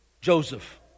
Joseph